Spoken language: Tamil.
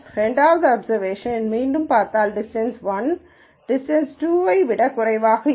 இரண்டாவது அப்சர்வேஷனை மீண்டும் பார்த்தால் டிஸ்டன்ஸ் 1 டிஸ்டன்ஸ் 2 விட குறைவாக இருக்கும்